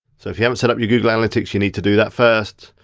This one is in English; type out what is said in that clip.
so if you haven't set up your google analytics, you need to do that first.